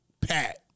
pat